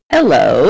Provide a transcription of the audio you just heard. Hello